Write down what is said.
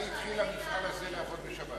מתי התחיל המפעל הזה לעבוד בשבת?